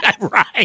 Right